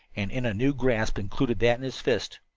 and in a new grasp included that in his fist.